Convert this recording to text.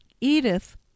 Edith